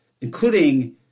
including